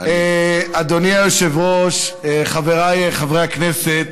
אדוני היושב-ראש, חבריי חברי הכנסת,